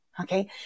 Okay